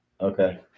Okay